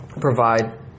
provide